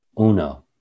Uno